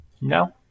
No